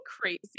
crazy